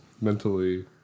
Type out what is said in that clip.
Mentally